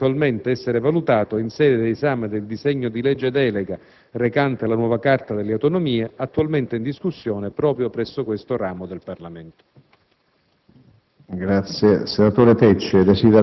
problema certamente rilevante che potrà eventualmente essere valutato in sede di esame del disegno di legge delega per la nuova Carta delle autonomie locali, attualmente in discussione proprio presso questo ramo del Parlamento.